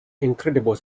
incredible